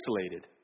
isolated